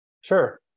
Sure